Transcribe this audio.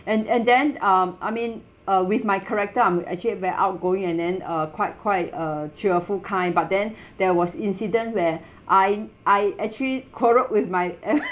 and and then um I mean uh with my character I'm actually very outgoing and then uh quite quite a cheerful kind but then there was incident where I I actually quarreled with my